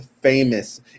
famous